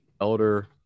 Elder